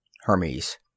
Hermes